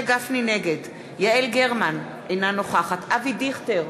נגד יעל גרמן, אינה נוכחת אבי דיכטר,